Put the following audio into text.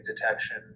detection